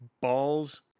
Balls